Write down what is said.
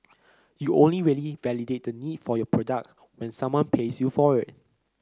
you only really validate the need for your product when someone pays you for it